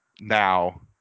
Now